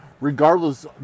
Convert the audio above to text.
regardless